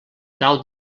cau